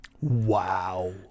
Wow